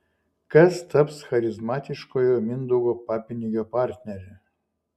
kas taps charizmatiškojo mindaugo papinigio partnere